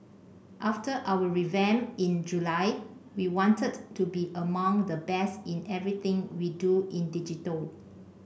after our revamp in July we wanted to be among the best in everything we do in digital